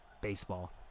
baseball